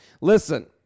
Listen